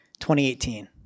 2018